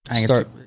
start